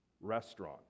restaurant